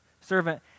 servant